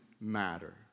matter